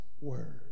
word